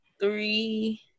three